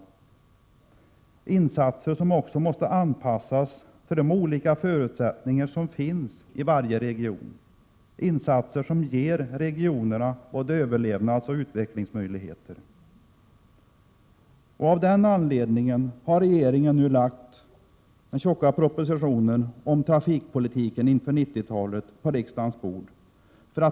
Det är insatser som måste anpassas till de olika förutsättningar som finns i varje region, insatser som ger regionerna både överlevnadsmöjligheter och utvecklingsmöjligheter. För att komma ett stort steg närmare de mål jag tidigare nämnde har regeringen lagt den tjocka propositionen Trafikpolitiken inför 90-talet på riksdagens bord.